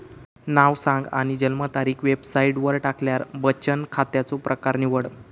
नाव सांग आणि जन्मतारीख वेबसाईटवर टाकल्यार बचन खात्याचो प्रकर निवड